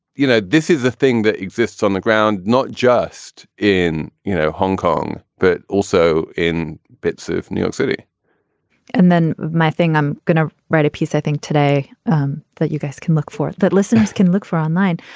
you know, this is the thing that exists on the ground, not just in you know hong kong, but also in bits of new york city and then my thing, i'm gonna write a piece, i think today um that you guys can look for that listeners can look for online,